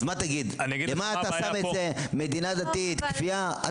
אז מה תגיד, למה אתה שם את זה, מדינה דתית, כפייה?